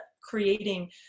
creating